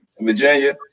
Virginia